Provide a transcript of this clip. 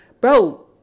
Bro